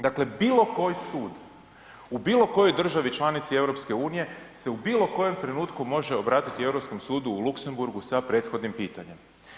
Dakle, bilo koji sud, u bilo kojoj državi članice EU, se u bilo kojem trenutku može obratiti Europskom sudu u Luksemburgu sa prethodnim pitanjem.